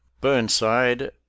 burnside